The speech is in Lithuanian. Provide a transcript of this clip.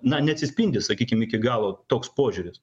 na neatsispindi sakykim iki galo toks požiūris